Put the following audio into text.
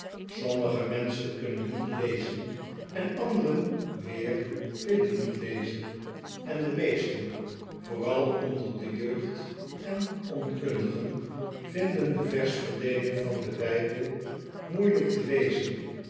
sommige menschen kunnen niet lezen en anderen weer willen niet lezen en de meesten vooral onder de jeugd en onkundigen vinden de vers verdeeling van den bijbel moeielijk te lezen